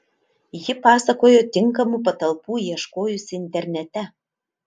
ji pasakojo tinkamų patalpų ieškojusi internete